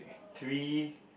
three